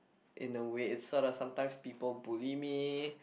in a way it's sort of sometime people bully me